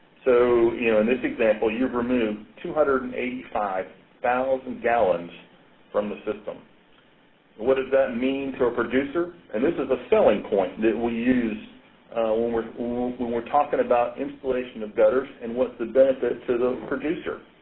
so you know in this example, you'd remove two hundred and eighty five thousand gallons from the system. so what does that mean to a producer and this is a selling point that we use when we're when we're talking about installation of gutters and what the benefit is to the producer.